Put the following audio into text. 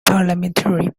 parliamentary